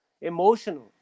emotional